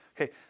Okay